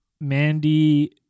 Mandy